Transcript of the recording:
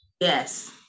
Yes